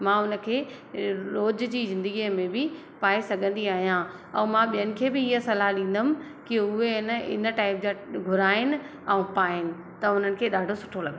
मां उन खे रोज़ जी ज़िंदगीअ में बि पाए सघंदी आहियां ऐं मां ॿियनि खे बि ईअं सलाह ॾींदमि कि उहे आहे न इन टाइप जा घुराइनि ऐं पाइनि त उन्हनि खे ॾाढो सुठो लॻंदो